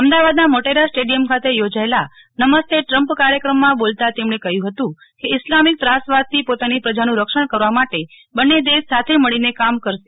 અમદાવાદ ના મોટેરા સ્ટેડિયમ ખાતે યોજાયેલા નમસ્તે ટ્રમ્પ કાર્યક્રમ માં બોલતા તેમણે કહ્યું હતું કે ઈસ્લામિક ત્રાસવાદ થી પોતાની પ્રજાનું રક્ષણ કરવા માટે બંને દેશ સાથે મળી ને કામ કરશે